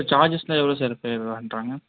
சார்ஜஸ்லாம் எவ்வளோ sir pay பண்றாங்க